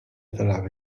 تلعب